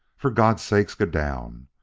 for god's sake, go down!